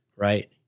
Right